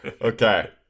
Okay